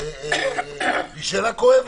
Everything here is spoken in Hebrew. לקבל